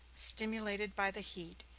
stimulated by the heat,